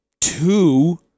two